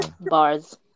Bars